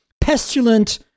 pestilent